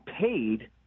paid